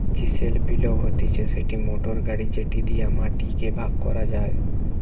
chisel পিলও হতিছে সেই মোটর গাড়ি যেটি দিয়া মাটি কে ভাগ করা হয়